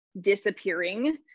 disappearing